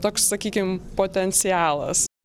toks sakykim potencialas